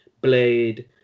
Blade